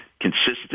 consistent